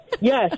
Yes